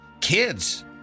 Kids